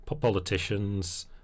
politicians